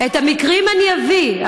את המקרים אני אביא,